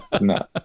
no